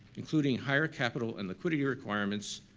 including higher capital and liquidity requirements,